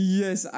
yes